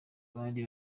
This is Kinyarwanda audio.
bari